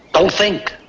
don't think!